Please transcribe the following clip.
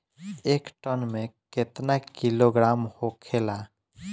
एक टन मे केतना किलोग्राम होखेला?